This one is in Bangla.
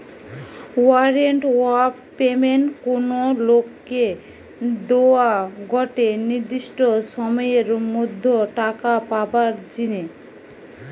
ওয়ারেন্ট অফ পেমেন্ট কোনো লোককে দোয়া গটে নির্দিষ্ট সময়ের মধ্যে টাকা পাবার জিনে